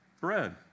Bread